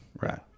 Right